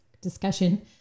discussion